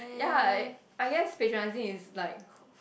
ya I I guess patronising is like